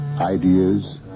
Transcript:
ideas